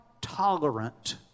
tolerant